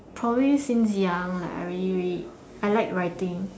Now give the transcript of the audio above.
probably since young like I really really I like writing